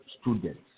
students